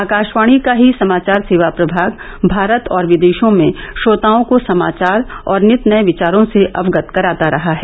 आकाशवाणी का ही समाचार सेवा प्रभाग भारत और विदेशों में श्रोताओं को समाचार और नित नये विचारों से अवगत कराता रहा है